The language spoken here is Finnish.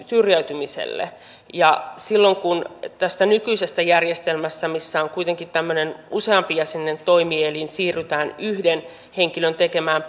syrjäytymiselle silloin kun tästä nykyisessä järjestelmästä missä on kuitenkin useampijäseninen toimielin siirrytään yhden henkilön tekemään